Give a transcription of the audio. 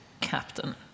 captain